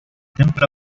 templo